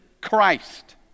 Christ